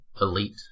elite